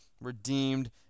redeemed